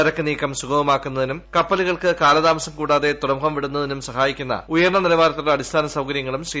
ചരക്ക് നീക്കം സുഗമമാക്കുന്നതിനും കപ്പലുകൾക്ക് കാലതാമസം കൂടാതെ തുറമുഖം വിടുന്നതിനും സഹായിക്കുന്ന ഉയർന്ന നിലവാരത്തിലുള്ള അടിസ്ഥാന സൌകരൃങ്ങളും ശ്രീ